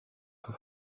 του